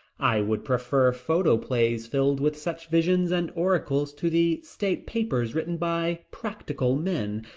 i would prefer photoplays filled with such visions and oracles to the state papers written by practical men.